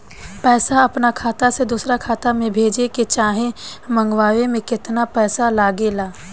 पैसा अपना खाता से दोसरा खाता मे भेजे चाहे मंगवावे में केतना पैसा लागेला?